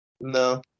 No